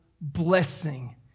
blessing